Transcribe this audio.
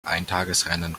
eintagesrennen